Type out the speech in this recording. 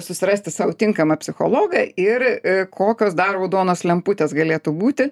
susirasti sau tinkamą psichologą ir kokios dar raudonos lemputės galėtų būti